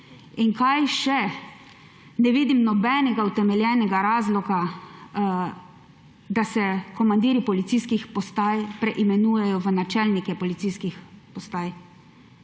urada. Ne vidim nobenega utemeljenega razloga, da se komandirji policijskih postaj preimenujejo v načelnike policijskih postaj.